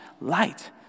light